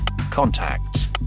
Contacts